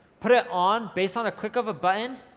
put it on based on a click of a button,